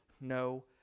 no